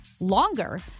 longer